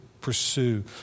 pursue